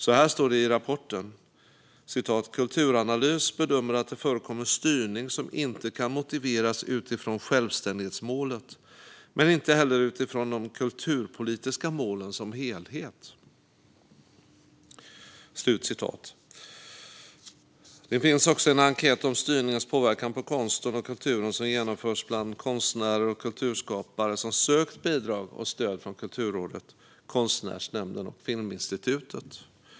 Följande står i rapporten: Kulturanalys bedömer att det förekommer styrning som inte kan motiveras utifrån självständighetsmålet men inte heller utifrån de kulturpolitiska målen som helhet. Det finns också en enkät om styrningens påverkan på konsten och kulturen som genomförts bland konstnärer och kulturskapare som sökt bidrag och stöd från Kulturrådet, Konstnärsnämnden och Filminstitutet.